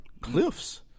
Cliffs